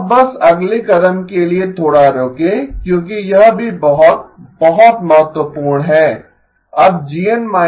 अब बस अगले कदम के लिए थोडा रुके क्योंकि यह भी बहुत बहुत महत्वपूर्ण है